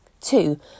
Two